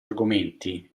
argomenti